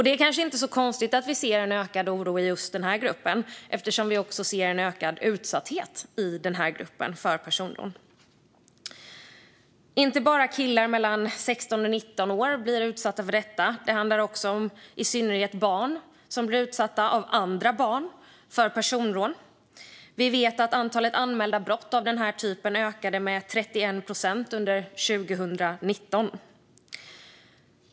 Det är kanske inte så konstigt att vi ser en ökad oro i just den här gruppen eftersom vi också ser en ökad utsatthet för personrån i den här gruppen. Men inte bara killar mellan 16 och 19 år blir utsatta för detta. Det handlar också om i synnerhet barn som blir utsatta för personrån av andra barn. Vi vet att antalet anmälda brott av den här typen ökade med 31 procent under 2019.